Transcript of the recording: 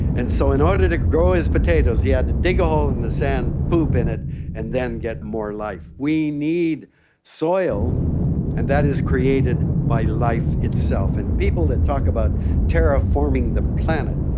and so in order to grow his potatoes he had to dig a hole in the sand, poop in it and then get more life. we need soil and that is created by life itself. and people that talk about terraforming the planet,